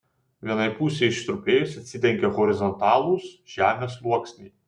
vienai pusei ištrupėjus atsidengė horizontalūs žemės sluoksniai